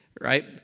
right